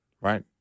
Right